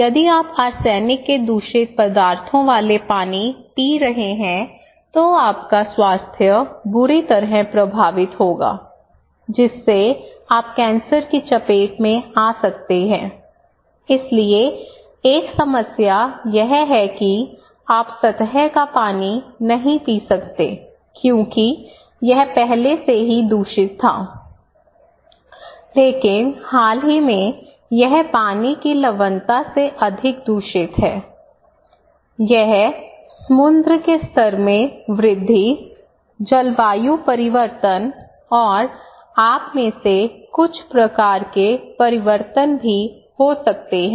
यदि आप आर्सेनिक के दूषित पदार्थों वाले पानी पी रहे हैं तो आपका स्वास्थ्य बुरी तरह प्रभावित होगा जिससे आप कैंसर की चपेट में आ सकते हैं इसलिए एक समस्या यह है कि आप सतह का पानी नहीं पी सकते क्योंकि यह पहले से ही दूषित था लेकिन हाल ही में यह पानी की लवणता से अधिक दूषित है यह समुद्र के स्तर में वृद्धि जलवायु परिवर्तन और आप में से कुछ प्रकार के परिवर्तन भी हो सकते हैं